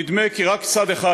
נדמה כי רק צד אחד,